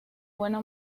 buena